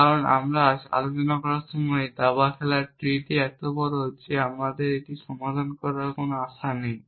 কারণ আমরা আলোচনা করার সময় দাবা খেলার ট্রি টি এত বড় যে আমাদের এটি সমাধান করার কোনও আশা নেই